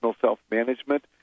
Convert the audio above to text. self-management